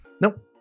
Nope